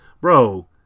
bro